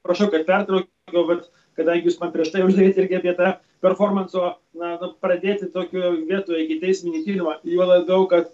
prašau kad pertraukiau bet kadangi jūs man prieš tai uždavėt irgi apie tą performanso na pradėti tokioj vietoj ikiteisminį tyrimą juo labiau kad